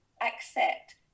accept